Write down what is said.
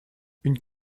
une